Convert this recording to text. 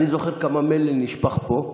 אני זוכר כמה מלל נשפך פה,